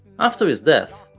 after his death,